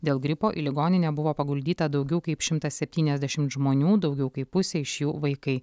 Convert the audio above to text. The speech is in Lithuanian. dėl gripo į ligoninę buvo paguldyta daugiau kaip šimtas septyniasdešimt žmonių daugiau kaip pusė iš jų vaikai